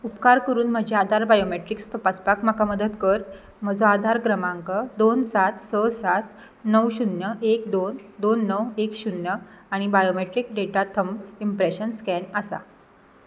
उपकार करून म्हजें आदार बायोमॅट्रिक्स तपासपाक म्हाका मदत कर म्हजो आदार क्रमांक दोन सात स सात णव शुन्य एक दोन दोन णव एक शुन्य आनी biometric data thumb impression scan आसा